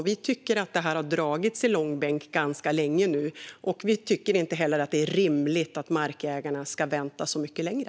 Vi tycker att detta har dragits i långbänk ganska länge nu, och vi tycker inte heller att det är rimligt att markägarna ska vänta så mycket längre.